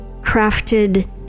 crafted